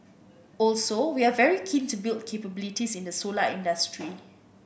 also we are very keen to build capabilities in the solar industry